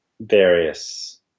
various